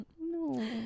No